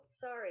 sorry